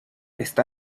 está